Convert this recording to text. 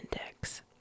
index